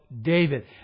David